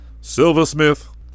Silversmith